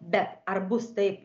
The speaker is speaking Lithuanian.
bet ar bus taip